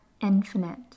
infinite